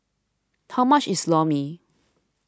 how much is Lor Mee